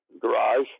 garage